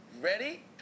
Ready